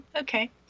okay